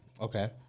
okay